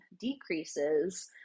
decreases